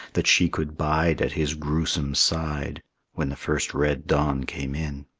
that she could bide at his gruesome side when the first red dawn came in.